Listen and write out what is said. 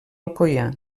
alcoià